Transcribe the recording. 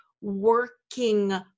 working